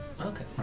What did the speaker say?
Okay